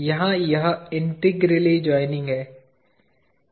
यहां यह integrally joining है